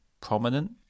prominent